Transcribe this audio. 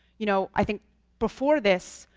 you know i think before this,